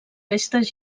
festes